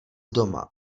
doma